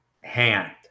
hand